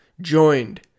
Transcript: joined